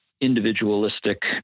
individualistic